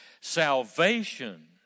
salvation